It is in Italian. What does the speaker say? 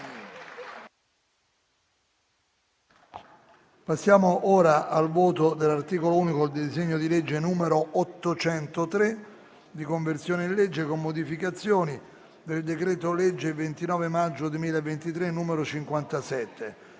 nominale con appello dell'articolo unico del disegno di legge n. 803, di conversione in legge, con modificazioni, del decreto-legge 29 maggio 2023, n. 57,